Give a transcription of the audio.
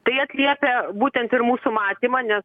tai atliepia būtent ir mūsų matymą ne